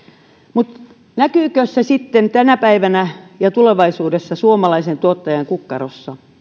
mutta näkyykö se sitten tänä päivänä ja tulevaisuudessa suomalaisen tuottajan kukkarossa